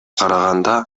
караганда